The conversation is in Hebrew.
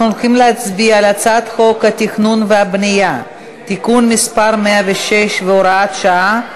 אנחנו מצביעים על הצעת חוק התכנון והבנייה (תיקון מס' 106 והוראת שעה),